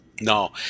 No